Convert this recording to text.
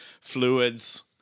fluids